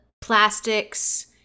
plastics